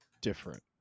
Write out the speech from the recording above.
different